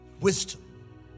Wisdom